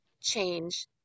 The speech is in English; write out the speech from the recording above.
change